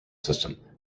system